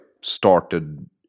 started